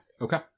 Okay